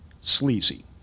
sleazy